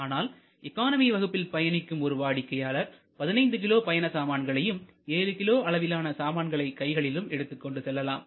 ஆனால் எக்கானமி வகுப்பில் பயணிக்கும் ஒரு வாடிக்கையாளர் 15 கிலோ பயண சாமான்களையும் 7 கிலோ அளவிலான சாமான்களை கைகளில் எடுத்துக் கொண்டு செல்லலாம்